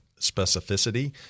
specificity